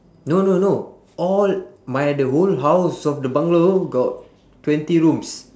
no no no all my the whole house of the bungalow got twenty rooms